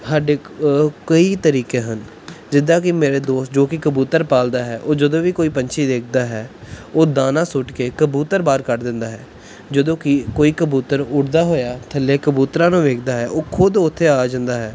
ਸਾਡੇ ਕਈ ਤਰੀਕੇ ਹਨ ਜਿੱਦਾਂ ਕਿ ਮੇਰੇ ਦੋਸਤ ਜੋ ਕਿ ਕਬੂਤਰ ਪਾਲਦਾ ਹੈ ਉਹ ਜਦੋਂ ਵੀ ਕੋਈ ਪੰਛੀ ਦੇਖਦਾ ਹੈ ਉਹ ਦਾਣਾ ਸੁੱਟ ਕੇ ਕਬੂਤਰ ਬਾਹਰ ਕੱਢ ਦਿੰਦਾ ਹੈ ਜਦੋਂ ਕਿ ਕੋਈ ਕਬੂਤਰ ਉੱਡਦਾ ਹੋਇਆ ਥੱਲੇ ਕਬੂਤਰਾਂ ਨੂੰ ਵੇਖਦਾ ਹੈ ਉਹ ਖੁਦ ਉੱਥੇ ਆ ਜਾਂਦਾ ਹੈ